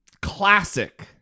classic